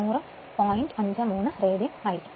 53 radian ആയിരിക്കും